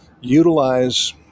utilize